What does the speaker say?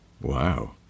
wow